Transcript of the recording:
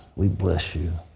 we bless you.